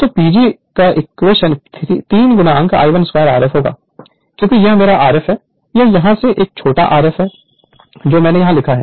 तो PG 3 I12 Rf होगा क्योंकि यह मेरा Rf है यह यहाँ है यह छोटा Rf है जो मैंने यहाँ लिखा है